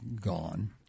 gone